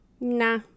Nah